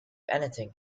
anything